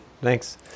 Thanks